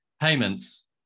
payments